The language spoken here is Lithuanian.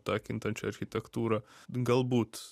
tą kintančią architektūrą galbūt